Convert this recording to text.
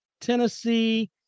Tennessee